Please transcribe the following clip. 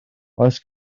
oes